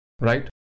right